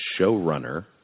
showrunner